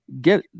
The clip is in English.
get